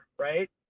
right